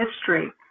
history